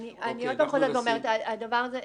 חגית,